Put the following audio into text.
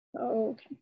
okay